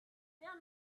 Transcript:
there